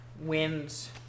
wins